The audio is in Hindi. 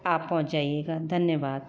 आप पहुँच जाइएगा धन्यवाद